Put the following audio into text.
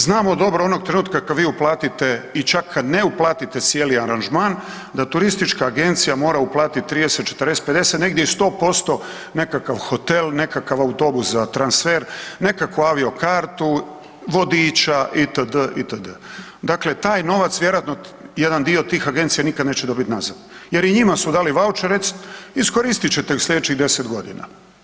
Znamo dobro onog trenutka kad vi uplatite i čak kad ne uplatite cijeli aranžman da turistička agencija mora uplatiti 30, 40, 50 negdje i 100% nekakav hotel, nekakav autobus za transfer, nekakvu aviokartu, vodiča itd., itd., dakle taj novac vjerojatno jedan dio tih agencija nikad neće dobiti nazad jer i njima su dali vaučere, iskoristit ćete ih u slijedećih 10 godina.